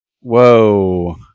Whoa